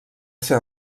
ser